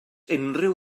unrhyw